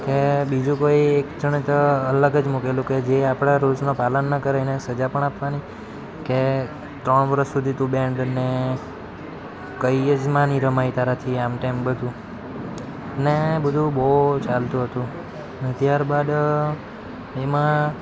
કે બીજું કોઇ એક જણે તો અલગ જ મૂકેલું કે જે આપણા રુલ્સના પાલન ન કરે એને સજા પણ આપવાની કે ત્રણ વરસ સુધી તું બેન્ડ ને કંઈ જ માં નહીં રમાય તારાથી એમ તેમ બધું ને બધું બહુ ચાલતું હતું ત્યારબાદ એમાં